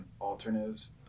alternatives